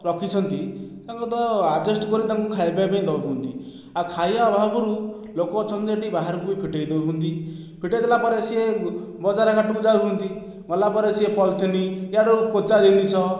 ରଖିଛନ୍ତି ତାଙ୍କୁ ତ ଆଡ୍ଜଷ୍ଟ କରି ତାଙ୍କୁ ଖାଇବା ପାଇଁ ଦେଉଛନ୍ତି ଆଉ ଖାଇବା ଅଭାବରୁ ଲୋକ ଅଛନ୍ତି ଏଠି ବାହାରକୁ ବି ଫିଟାଇ ଦେଉଛନ୍ତି ଫିଟାଇଦେଲା ପରେ ସିଏ ବଜାରଘାଟକୁ ଯାଉଛନ୍ତି ଗଲାପରେ ସେ ପଲିଥିନ ଇଆଡ଼ୁ ପୋଚା ଜିନିଷ